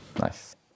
Nice